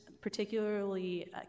particularly